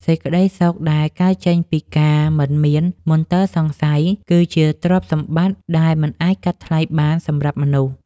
សេចក្តីសុខដែលកើតចេញពីការមិនមានមន្ទិលសង្ស័យគឺជាទ្រព្យសម្បត្តិដែលមិនអាចកាត់ថ្លៃបានសម្រាប់មនុស្ស។